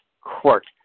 Court